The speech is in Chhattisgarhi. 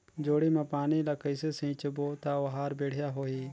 जोणी मा पानी ला कइसे सिंचबो ता ओहार बेडिया होही?